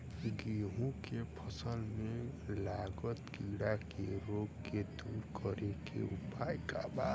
गेहूँ के फसल में लागल कीड़ा के रोग के दूर करे के उपाय का बा?